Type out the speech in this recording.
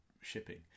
shipping